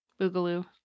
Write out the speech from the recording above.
Boogaloo